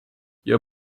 your